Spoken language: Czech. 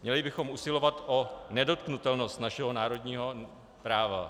Měli bychom usilovat o nedotknutelnost našeho národního práva.